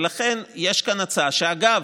ולכן יש כאן הצעה, שאגב,